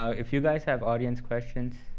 ah if you guys have audience questions,